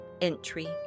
entry